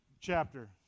chapter